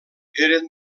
eren